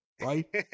Right